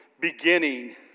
beginning